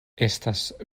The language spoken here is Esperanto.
estas